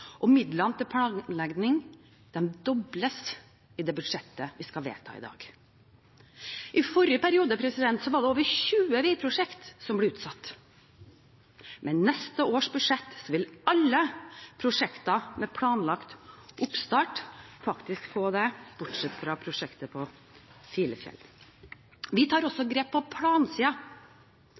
NTP. Midlene til planlegging dobles i det budsjettet vi skal vedta i dag. I forrige periode var det over 20 veiprosjekter som ble utsatt. Med neste års budsjett vil alle prosjekter med planlagt oppstart faktisk bli det, bortsett fra prosjektet på Filefjell. Vi tar også grep på